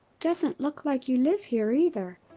doesn't look like you live here either.